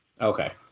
Okay